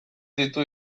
ditu